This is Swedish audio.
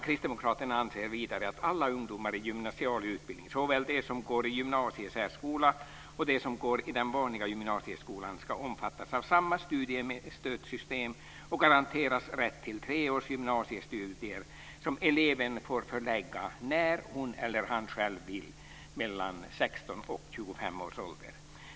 Kristdemokraterna anser vidare att alla ungdomar i gymnasial utbildning, såväl de som går i gymnasiesärskola som de som går i den vanliga gymnasieskolan, ska omfattas av samma studiestödssystem och garanteras rätt till tre års gymnasiestudier som eleven får förlägga när hon eller han själv vill mellan 16 och 25 års ålder.